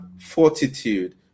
fortitude